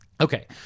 Okay